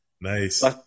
Nice